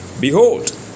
Behold